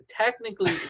technically